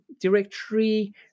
directory